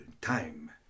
time